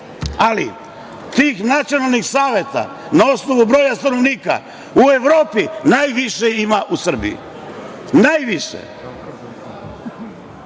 ali tih nacionalnih saveta na osnovu broja stanovnika u Evropi najviše ima u Srbiji. Najviše.